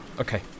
Okay